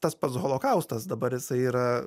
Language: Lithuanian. tas pats holokaustas dabar jisai yra